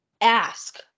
ask